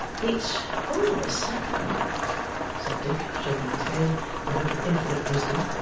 it's rather sudden said dick shaking his head with a look of infinite wisdom,